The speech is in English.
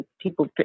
people